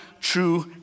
true